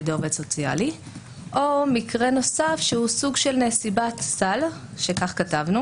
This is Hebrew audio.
ידי עובד סוציאלי או מקרה נוסף שהוא סוג של נסיבת סל וכתבנו